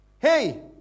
hey